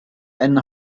ein